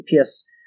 PS